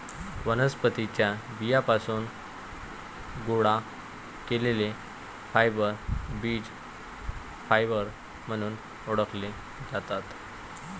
वनस्पतीं च्या बियांपासून गोळा केलेले फायबर बीज फायबर म्हणून ओळखले जातात